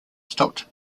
stopped